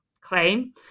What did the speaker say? claim